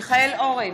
מיכאל אורן,